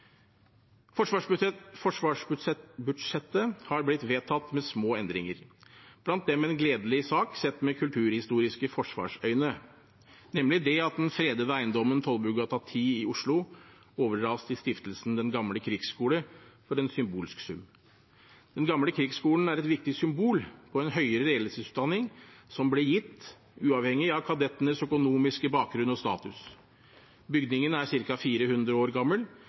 har blitt vedtatt med små endringer, blant dem en gledelig sak sett med kulturhistoriske forsvarsøyne, nemlig det at den fredede eiendommen Tollbugata 10 i Oslo overdras til Stiftelsen Den Gamle Krigsskole for en symbolsk sum. Den gamle krigsskolen er et viktig symbol på en høyere ledelsesutdanning som ble gitt, uavhengig av kadettenes økonomiske bakgrunn og status. Bygningen er ca. 400 år gammel